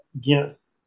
Guinness